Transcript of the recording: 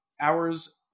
hours